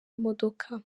imodoka